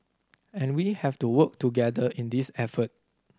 and we have to work together in this effort